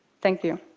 thank you.